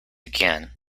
again